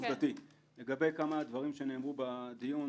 לגבי כמה דברים שנאמרו בדיון